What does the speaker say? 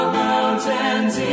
mountains